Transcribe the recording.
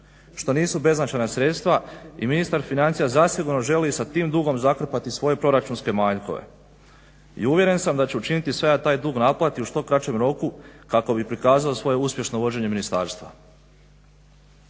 što nisu beznačajna sredstva i ministar financija zasigurno želi i sa tim dugom zakrpati svoje proračunske manjkove. I uvjeren sam da će učiniti sve da taj dug naplati u što kraćem roku kako bi prikazao svoje uspješno vođenje ministarstva.